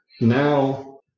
now